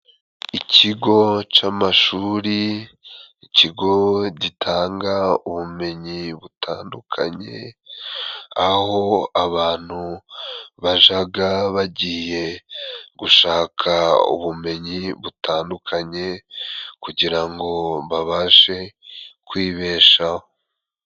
Ikigo c'amashuri, ikigo gitanga ubumenyi butandukanye aho abantu bajaga bagiye gushaka ubumenyi butandukanye kugira ngo babashe kwibeshaho.